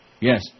Yes